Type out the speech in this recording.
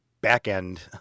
back-end